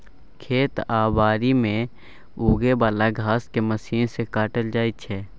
खेत आ बारी मे उगे बला घांस केँ मशीन सँ काटल जाइ छै